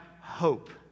hope